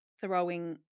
throwing